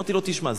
אמרתי לו: תשמע,